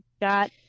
got